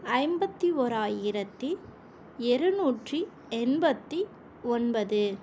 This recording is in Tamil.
ஐம்பத்தி ஓராயிரத்து இரநூற்றி எண்பத்து ஒன்பது